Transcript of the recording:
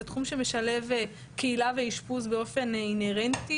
זה תחום שמשלב באופן אינהרנטי